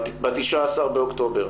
ב-19 באוקטובר